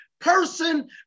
person